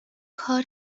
کار